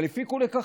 הפיקו לקחים,